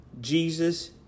Jesus